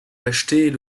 acheter